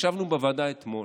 ישבנו בוועדה אתמול,